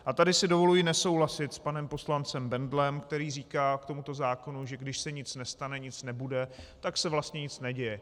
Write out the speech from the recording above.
A tady si dovoluji nesouhlasit s panem poslancem Bendlem, který k tomuto zákonu říká, že když se nic nestane, nic nebude, tak se vlastně nic neděje.